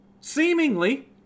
seemingly